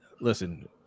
listen